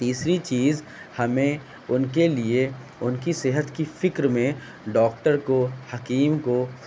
تیسری چیز ہمیں ان کے لیے ان کی صحت کی فکر میں ڈاکٹر کو حکیم کو